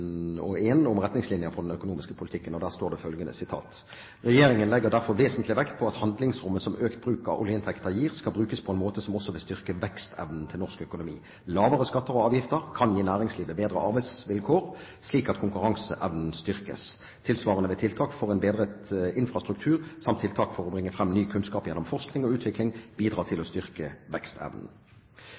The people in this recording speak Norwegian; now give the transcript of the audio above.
om retningslinjer for den økonomiske politikken, og der står det følgende: «Regjeringen legger derfor vesentlig vekt på at handlingsrommet som økt bruk av oljeinntekter gir, skal brukes på en måte som også vil styrke vekstevnen til norsk økonomi. Lavere skatter og avgifter kan gi næringslivet bedre arbeidsvilkår, slik at konkurranseevnen styrkes. Tilsvarende vil tiltak for en bedret infrastruktur, samt tiltak for å bringe fram ny kunnskap gjennom forskning og utvikling, bidra til å styrke vekstevnen.»